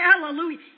Hallelujah